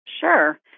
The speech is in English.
Sure